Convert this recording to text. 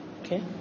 Okay